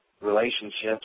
relationships